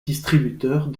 distributeurs